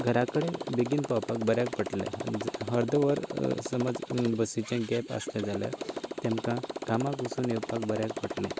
घरां कडेन बेगीन पावपाक बऱ्याक पडटलें अर्दवर समज बसीचें गेप आसलें जाल्यार तेमकां कामाक वचून येवपाक बऱ्याक पडटलें